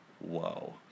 Whoa